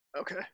Okay